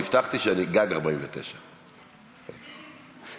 אני הבטחתי שאני גג 49. חבר'ה,